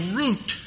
root